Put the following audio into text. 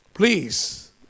Please